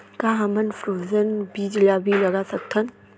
का हमन फ्रोजेन बीज ला भी लगा सकथन?